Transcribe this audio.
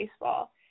baseball